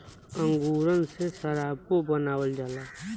अंगूरन से सराबो बनावल जाला